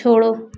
छोड़ो